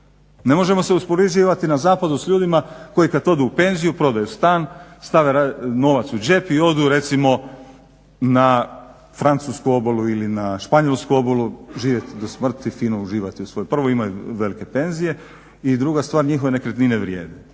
Ne možemo se uspoređivati na zapadu s ljudima koji kad odu u penziju prodaju stan, stave novac u džep i odu recimo na francusku obalu ili na španjolsku obalu živjeti do smrti, fino uživati u svojoj. Prvo imaju velike penzije i druga stvar njihove nekretnine vrijede.